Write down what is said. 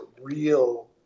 real